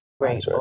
Great